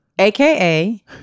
AKA